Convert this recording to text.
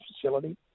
facility